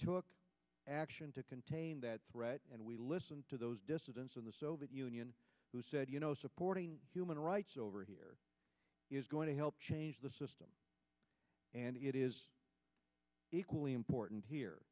took action to contain that threat and we listened to those dissidents in the soviet union who said you know supporting human rights over here is going to help change the system and it is equally important here